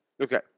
Okay